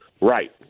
Right